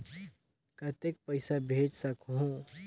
कतेक पइसा भेज सकहुं?